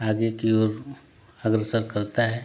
आगे की ओर अग्रसर करता है